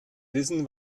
wissen